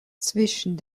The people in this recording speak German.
zwischen